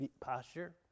posture